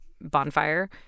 Bonfire